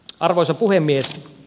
arvoisa puhemies